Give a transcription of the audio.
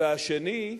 והשני,